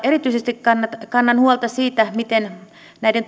erityisesti kannan huolta siitä miten näiden